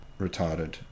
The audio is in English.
retarded